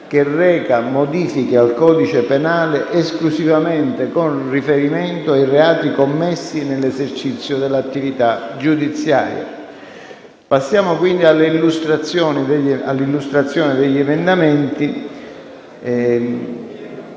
che reca modifiche al codice penale esclusivamente con riferimento ai reati commessi nell'esercizio dell'attività giudiziaria. Passiamo all'esame degli articoli,